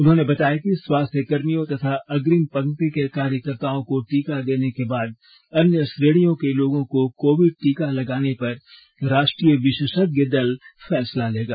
उन्होंने बताया कि स्वास्थ्यकर्मियों तथा अग्रिम पंक्ति के कार्यकर्ताओं को टीका देने को बाद अन्य श्रेणियों के लोगों को कोविड टीका लगाने पर राष्ट्रीय विशेषज्ञ दल फैसला लेगा